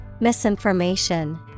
Misinformation